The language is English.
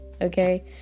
Okay